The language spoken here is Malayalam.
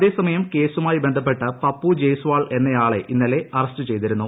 അതേസമയം കേസുമായി ബന്ധപ്പെട്ട് പപ്പുജെയ്സ്വാൾ എന്നയാളെ ഇന്നലെ അറസ്റ്റ് ചെയ്തിരുന്നു